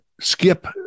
skip